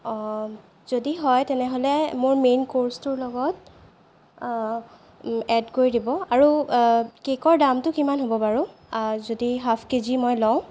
যদি হয় তেনেহ'লে মই মেইন ক'ৰ্চটোৰ লগত এড কৰি দিব আৰু কেকৰ দামটো কিমান হ'ব বাৰু যদি হাফ কেজি মই লওঁ